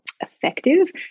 effective